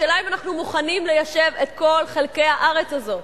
השאלה היא אם אנחנו מוכנים ליישב את כל חלקי הארץ הזאת.